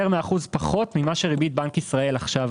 מאחוז פחות יותר ממה שריבית בנק ישראל נמצאת עכשיו,